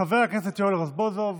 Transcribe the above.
חבר הכנסת יואל רזבוזוב,